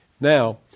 Now